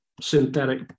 synthetic